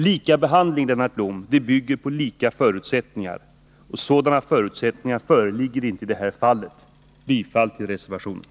Likabehandling, Lennart Blom, bygger på lika förutsättningar, och sådana finns inte i detta fall. Herr talman! Jag yrkar bifall till reservationen.